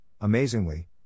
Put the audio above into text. amazingly